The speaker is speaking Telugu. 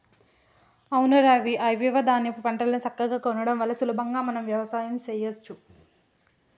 అవును రవి ఐవివ ధాన్యాపు పంటలను సక్కగా కొనడం వల్ల సులభంగా మనం వ్యవసాయం సెయ్యచ్చు